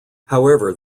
however